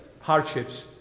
hardships